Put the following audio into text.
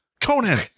Conan